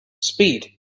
speed